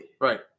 Right